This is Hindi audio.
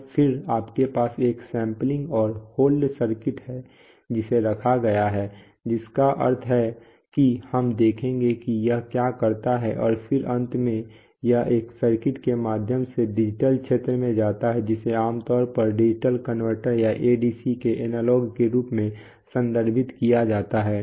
और फिर आपके पास एक सैंपलिंग और होल्ड सर्किट है जिसे रखा गया है जिसका अर्थ है कि हम देखेंगे कि यह क्या करता है और फिर अंत में यह एक सर्किट के माध्यम से डिजिटल क्षेत्र में जाता है जिसे आमतौर पर डिजिटल कनवर्टर या ADC के एनालॉग के रूप में संदर्भित किया जाता है